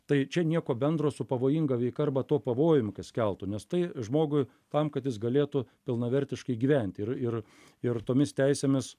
tai čia nieko bendro su pavojinga veika arba tuo pavojum kas keltų nes tai žmogui tam kad jis galėtų pilnavertiškai gyventi ir ir ir tomis teisėmis